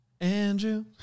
Andrew